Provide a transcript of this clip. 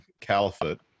Caliphate